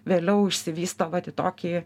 vėliau išsivysto vat į tokį